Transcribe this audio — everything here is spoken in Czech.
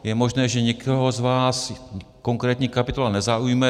Je možné, že někoho z vás konkrétní kapitola nezaujme.